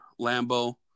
Lambo